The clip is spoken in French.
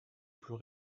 plus